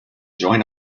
join